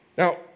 Now